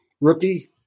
rookie